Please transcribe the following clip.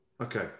Okay